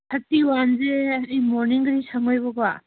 ꯊꯥꯔꯇꯤꯋꯥꯟꯁꯦ ꯑꯩ ꯃꯣꯔꯅꯤꯡꯗꯗꯤ ꯁꯪꯉꯣꯏꯌꯦꯕꯀꯣ